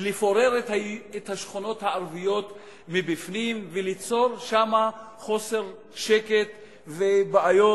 לפורר את השכונות הערביות מבפנים וליצור שם חוסר שקט ובעיות.